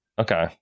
Okay